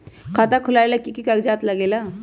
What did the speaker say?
खाता खोलेला कि कि कागज़ात लगेला?